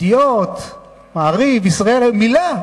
"ידיעות", "מעריב", "ישראל היום" מלה.